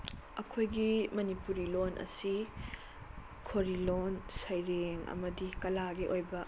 ꯑꯩꯈꯣꯏꯒꯤ ꯃꯅꯤꯄꯨꯔꯤ ꯂꯣꯟ ꯑꯁꯤ ꯈꯣꯔꯤꯂꯣꯟ ꯁꯩꯔꯦꯡ ꯑꯃꯗꯤ ꯀꯂꯥꯒꯤ ꯑꯣꯏꯕ